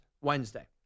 Wednesday